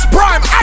Prime